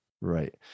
Right